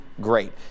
great